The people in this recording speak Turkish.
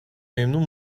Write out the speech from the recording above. memnun